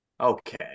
Okay